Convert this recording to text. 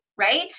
right